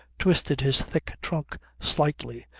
twisted his thick trunk slightly,